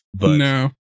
No